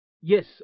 yes